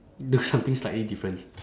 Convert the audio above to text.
do something slightly different